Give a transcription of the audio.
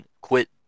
quit